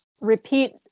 repeat